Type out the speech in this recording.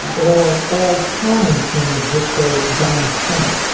or all time queen of disco donna summer,